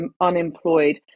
unemployed